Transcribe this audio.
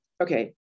okay